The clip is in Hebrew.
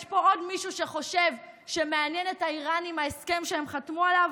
יש פה עוד מישהו שחושב שמעניין את האיראנים ההסכם שהם חתמו עליו?